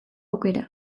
aukera